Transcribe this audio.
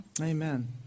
Amen